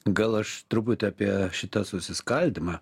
gal aš truputį apie šitą susiskaldymą